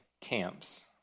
camps